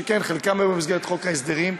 שחלקם היו במסגרת חוק ההסדרים,